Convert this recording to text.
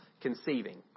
conceiving